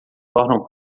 tornam